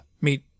meet